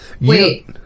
Wait